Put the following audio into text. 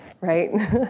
right